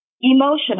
Emotional